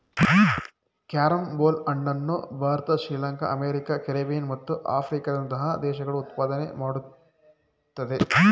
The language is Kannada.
ಕ್ಯಾರಂ ಬೋಲ್ ಹಣ್ಣನ್ನು ಭಾರತ ಶ್ರೀಲಂಕಾ ಅಮೆರಿಕ ಕೆರೆಬಿಯನ್ ಮತ್ತು ಆಫ್ರಿಕಾದಂತಹ ದೇಶಗಳು ಉತ್ಪಾದನೆ ಮಾಡುತ್ತಿದೆ